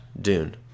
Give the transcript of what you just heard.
Dune